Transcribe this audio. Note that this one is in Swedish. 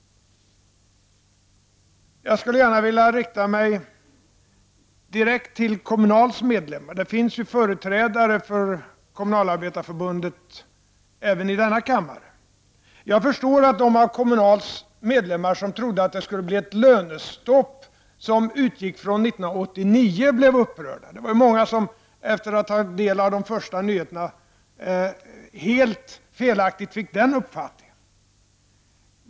Jag skulle gärna vilja rikta mig direkt till Kommunals medlemmar. Det finns ju företrädare för Kommunalarbetareförbundet även i denna kammare. Jag förstår att de av Kommunals medlemmar som trodde att det skulle bli ett lönestopp som utgick från 1989 års löner blev upprörda. Många fick, efter att ha tagit del av de första nyheterna, helt felaktigt den uppfattningen.